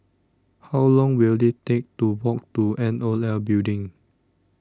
How Long Will IT Take to Walk to N O L Building